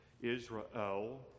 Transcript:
Israel